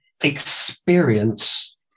experience